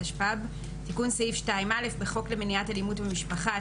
התשפ"ב 2021 תיקון סעיף 2א 1. בחוק למניעת אלימות במשפחה,